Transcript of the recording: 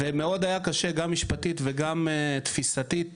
והיה קשה מאוד גם משפטית וגם תפיסתית-עקרונית